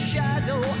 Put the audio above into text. shadow